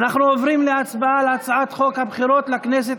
אנחנו עוברים להצבעה על הצעת חוק הבחירות לכנסת